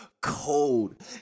cold